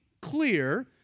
clear